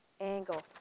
angle